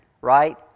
right